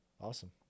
awesome